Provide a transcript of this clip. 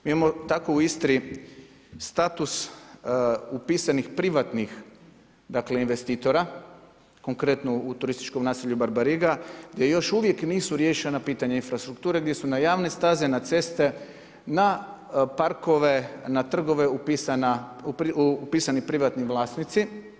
Mi imamo tako u Istri status upisanih privatnih dakle investitora konkretno u turističkom naselju Barbariga gdje još uvijek nisu riješena pitanja infrastrukture gdje su na javne staze, na ceste, na parkove, na trgove upisani privatni vlasnici.